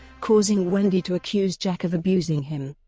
causing wendy to accuse jack of abusing him.